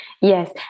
Yes